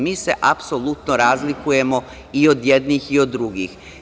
Mi se apsolutno razlikujemo i od jednih i od drugih.